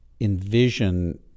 envision